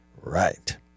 Right